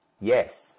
Yes